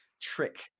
trick